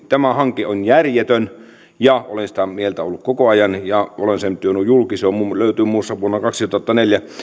tämä hanke on järjetön olen sitä mieltä ollut koko ajan ja olen sen tuonut julki se löytyy muun muassa vuoden kaksituhattaneljä